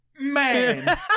Man